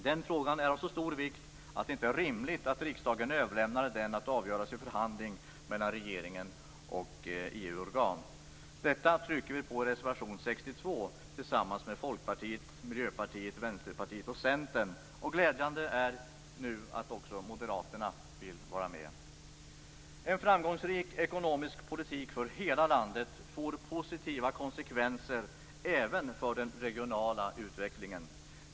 Den frågan är av så stor vikt att det inte är rimligt att riksdagen överlämnar den att avgöras i förhandling mellan regeringen och EU-organ. Detta trycker vi på i reservation nr 62 tillsammans med Folkpartiet, Miljöpartiet, Vänsterpartiet och Centern. Glädjande är att också Moderaterna nu vill vara med. En framgångsrik ekonomisk politik för hela landet får positiva konsekvenser även för den regionala utvecklingen.